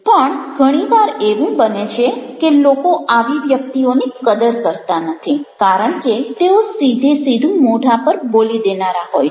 પણ ઘણીવાર એવું બને છે કે લોકો આવી વ્યક્તિઓની કદર કરતા નથી કારણ કે તેઓ સીધેસીધું મોઢાં પર બોલી દેનારા હોય છે